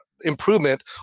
improvement